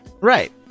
Right